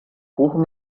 kuchen